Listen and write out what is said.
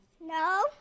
No